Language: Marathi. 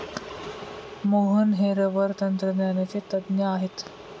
मोहन हे रबर तंत्रज्ञानाचे तज्ज्ञ आहेत